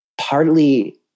partly